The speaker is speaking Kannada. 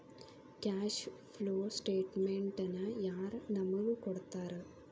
ಕ್ಯಾಷ್ ಫ್ಲೋ ಸ್ಟೆಟಮೆನ್ಟನ ಯಾರ್ ನಮಗ್ ಕೊಡ್ತಾರ?